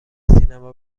سینما